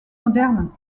modernes